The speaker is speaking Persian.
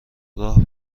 راه